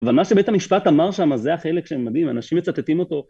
הבנה שבית המשפט אמר שם, אז זה החלק שמדהים, אנשים מצטטים אותו.